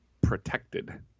protected